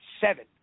seven